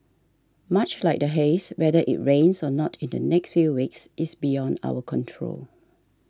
much like the haze whether it rains or not in the next few weeks is beyond our control